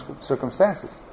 circumstances